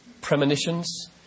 premonitions